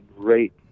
great